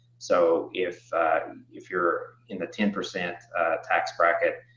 so if if you're in the ten percent tax bracket,